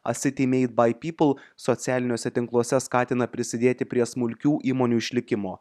a city made by people socialiniuose tinkluose skatina prisidėti prie smulkių įmonių išlikimo